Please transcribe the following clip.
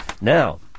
Now